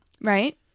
Right